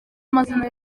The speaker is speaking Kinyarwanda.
amazina